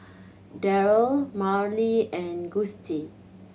Darell Marlee and Gustie